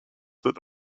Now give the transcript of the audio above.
that